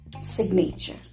signature